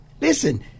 Listen